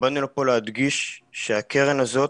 באנו לפה להדגיש שהקרן הזאת,